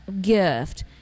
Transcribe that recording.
gift